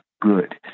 good